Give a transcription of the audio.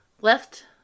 left